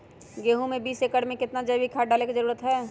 गेंहू में बीस एकर में कितना जैविक खाद डाले के जरूरत है?